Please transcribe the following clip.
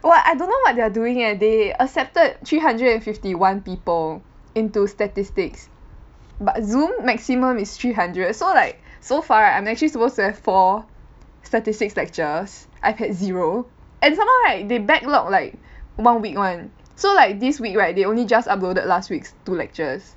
!wah! I don't know what they're doing eh they accepted three hundred and fifty one people into statistics but Zoom maximum is three hundred so like so far right I'm actually supposed to have four statistics lectures I've had zero and sometimes right they backlog like one week [one] so like this week right they only just uploaded last week's two lectures